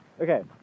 okay